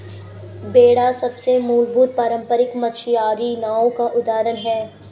बेड़ा सबसे मूलभूत पारम्परिक मछियारी नाव का उदाहरण है